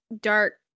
dark